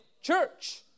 Church